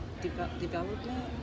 development